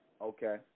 Okay